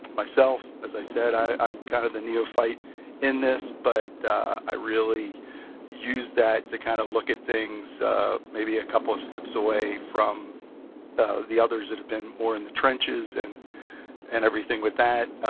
myself, as i said, i'm um kind of the neophyte in this, but i really used that to kind of look at things maybe a couple of steps away from the others that have been more in the trenches and and everything with that,